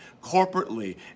corporately